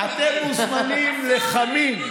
אתם מוזמנים לחמין.